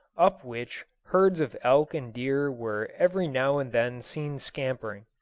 up which herds of elk and deer were every now and then seen scampering.